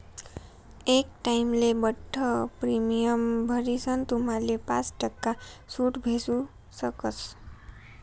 एकच टाइमले बठ्ठ प्रीमियम भरीसन तुम्हाले पाच टक्का सूट भेटू शकस